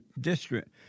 district